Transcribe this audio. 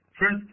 First